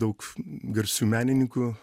daug garsių menininkų